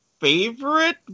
favorite